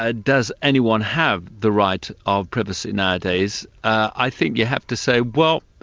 ah does anyone have the right of privacy nowadays? i think you have to say, well,